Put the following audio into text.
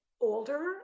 older